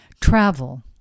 travel